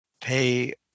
pay